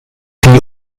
die